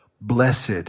blessed